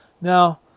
Now